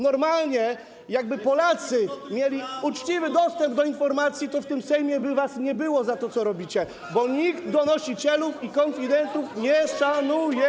Normalnie, jakby Polacy mieli uczciwy dostęp do informacji, to w tym Sejmie by was nie było za to, co robicie, bo nikt donosicieli i konfidentów nie szanuje.